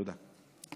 תודה.